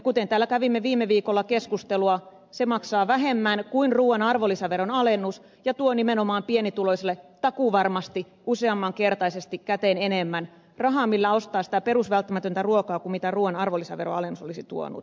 kuten täällä kävimme viime viikolla keskustelua se maksaa vähemmän kuin ruuan arvonlisäveron alennus ja tuo nimenomaan pienituloisille takuuvarmasti useammankertaisesti käteen enemmän rahaa millä ostaa sitä perusvälttämätöntä ruokaa kuin mitä ruuan arvonlisäveronalennus olisi tuonut